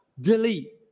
Delete